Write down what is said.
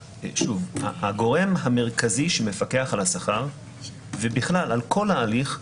הגורם המרכזי שמפקח על השכר ובכלל על כל ההליך,